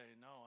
no